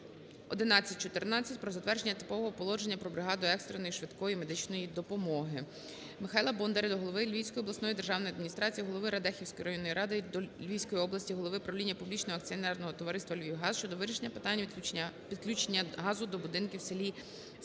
1114 "Про затвердження Типового положення про бригаду екстреної (швидкої) медичної допомоги". Михайла Бондаря до голови Львівської обласної державної адміністрації, голови Радехівської районної ради Львівської області, голови правління публічного акціонерного товариства "Львівгаз" щодо вирішення питання підключення газу до будинків в селі Стирківці